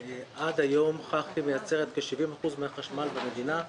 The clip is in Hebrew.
במסגרת הרפורמה של משק החשמל הוקמה חברת ניהול המערכת.